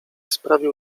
sprawił